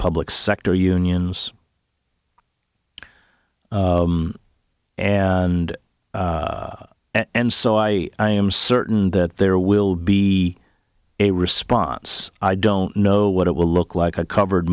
public sector unions and and so i i am certain that there will be a response i don't know what it will look like a covered